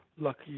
lucky